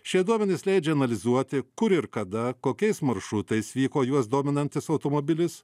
šie duomenys leidžia analizuoti kur ir kada kokiais maršrutais vyko juos dominantis automobilis